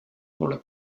poole